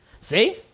See